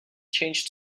changed